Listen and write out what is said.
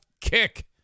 kick